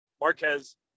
Marquez